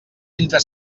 entre